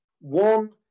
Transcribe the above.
One